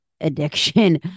addiction